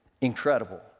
Incredible